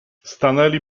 stanęli